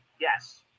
Yes